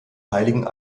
heiligen